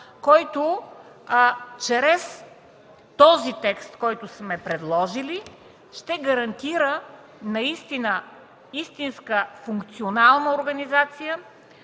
който чрез този текст, който сме предложили, ще гарантира истинска функционална организация